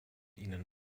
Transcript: ihnen